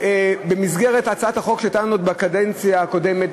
במסגרת הצעת החוק שהייתה לנו עוד בקדנציה הקודמת,